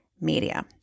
media